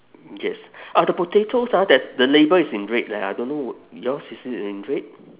yes uh the potatoes ah there's the label is in red leh I don't know yours is it in red